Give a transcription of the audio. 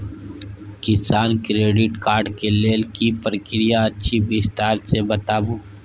किसान credit card के लेल की प्रक्रिया अछि विस्तार से बताबू?